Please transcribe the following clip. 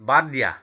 বাদ দিয়া